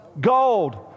Gold